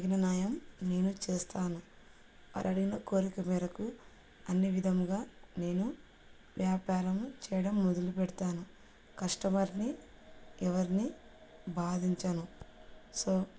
తగిన న్యాయం నేను చేస్తాను వారడిగిన కోరికమేరకు అన్న విధముగా నేను వ్యాపారం చేయడం మొదులు పెడతాను కస్టమర్ని ఎవరిని బాధించను సో